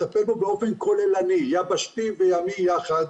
יטפל בו באופן כוללני יבשתי וימי יחד,